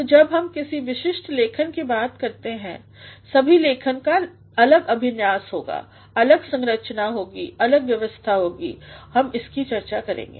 तो जब हम किसी विशिष्ट लेखन की बात करते हैं सभी लेखन का अलग अभिन्यास होगा अलग संरचना या व्यवस्थाहोगी हम इसकी चर्चा करेंगे